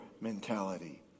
mentality